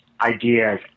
ideas